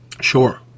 sure